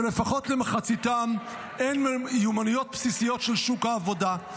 שלפחות למחציתם אין מיומנויות בסיסיות לשוק העבודה.